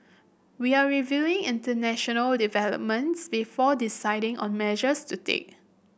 we are reviewing international developments before deciding on measures to take